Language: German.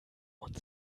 und